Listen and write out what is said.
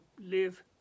live